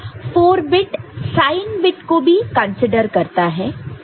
4 bit sign bit को भी consider करता है